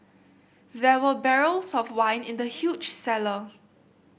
there were barrels of wine in the huge cellar